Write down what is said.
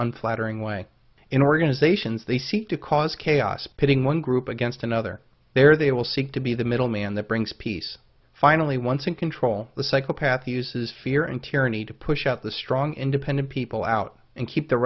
unflattering way in organizations they seek to cause chaos pitting one group against another there they will seek to be the middleman that brings peace finally once in control the psychopath uses fear and tyranny to push out the strong independent people out and keep the